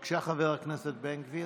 בבקשה, חבר הכנסת בן גביר.